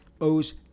owes